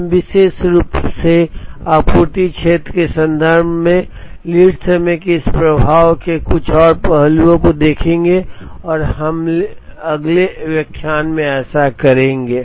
हम विशेष रूप से आपूर्ति क्षेत्र के संदर्भ में लीड समय के इस प्रभाव के कुछ और पहलुओं को देखेंगे और हम अगले व्याख्यान में ऐसा करेंगे